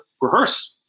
rehearse